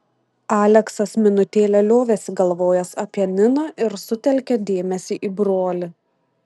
aleksas minutėlę liovėsi galvojęs apie niną ir sutelkė dėmesį į brolį